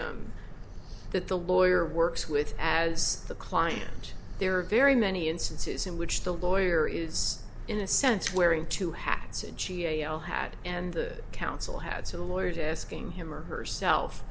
litum that the lawyer works with as the client there are very many instances in which the lawyer is in a sense wearing two hats a cio hat and the counsel had so the lawyers asking him or herself